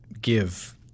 give